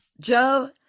Joe